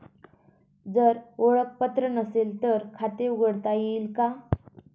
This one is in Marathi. जर ओळखपत्र नसेल तर खाते उघडता येईल का?